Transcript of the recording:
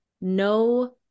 No